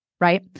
right